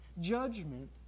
Judgment